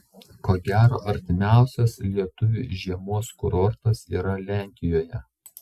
ko gero artimiausias lietuviui žiemos kurortas yra lenkijoje